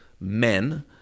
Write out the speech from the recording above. men